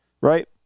right